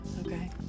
okay